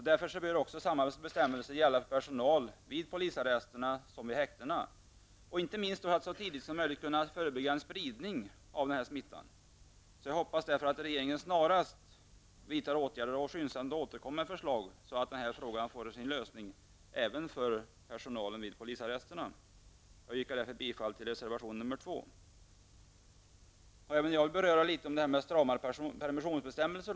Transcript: Därför bör också samma bestämmelser gälla såväl för personal vid polisarrester som för personal vid häktena, inte minst för att man så tidigt som möjligt skall kunna förebygga en spridning av smittan. Jag hoppas därför att regeringen snarast vidtar åtgärder och skyndsamt återkommer med förslag, så att den här frågan får sin lösning, även för personal vid polisarrester. Jag yrkar därför bifall till reservation Även jag vill något beröra frågan om stramare permissionsbestämmelser.